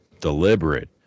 deliberate